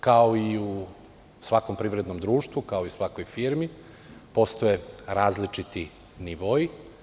Kao i u svakom privrednom društvu i u svakoj firmi, postoje različiti nivoi.